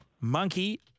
monkey